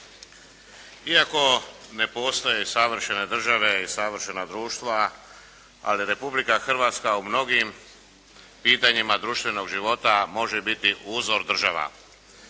Iako ne postoje savršene države i savršena društva ali Republika Hrvatska u mnogim pitanjima društvenog života može biti uzor država.